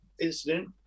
incident